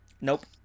Nope